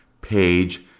page